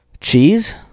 Cheese